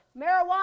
marijuana